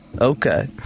Okay